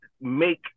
make